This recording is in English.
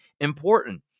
important